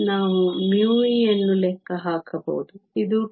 ನಾವು μe ಅನ್ನು ಲೆಕ್ಕ ಹಾಕಬಹುದು ಇದು 2